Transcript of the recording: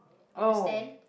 oh